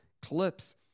clips